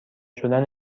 شدن